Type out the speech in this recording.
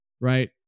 Right